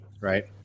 Right